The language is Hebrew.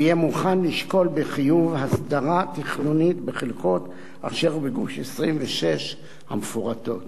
ויהיה מוכן לשקול בחיוב הסדרה תכנונית בחלקות אשר בגוש 26 המפורטות.